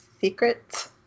secrets